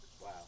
Wow